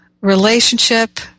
relationship